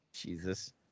Jesus